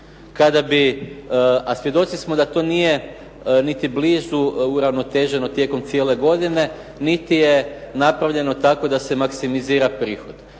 a svjedoci smo da to nije niti blizu uravnoteženo tijekom cijele godine, niti je napravljeno tako da se maksimizira prihod.